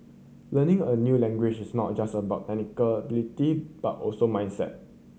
learning a new language is not just about but also mindset